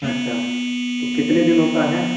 अच्छा तो कितने दिनों का है